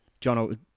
John